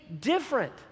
different